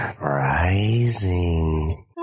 rising